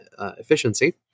efficiency